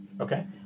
Okay